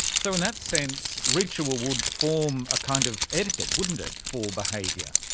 so in that sense ritual would form a kind of etiquette, wouldn't it, for behaviour.